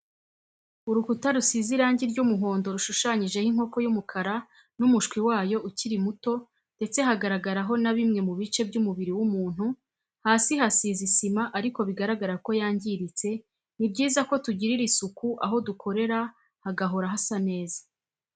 Urukuta rusize irangi ry'umuhondo rushushanyijeho inkoko y'umukara n'umushwi wayo ukiri muto, ndetse hagaragaraho na bimwe mu bice by'umubiri w'umuntu, hasi hasize isima ariko bigaragara ko yangiritse, ni byiza ko tugirira isuku aho dukorera hagahora hasa neza